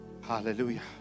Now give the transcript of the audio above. Hallelujah